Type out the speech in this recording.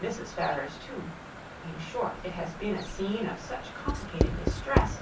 mrs. ferrars too in short it has been a scene of such complicated distress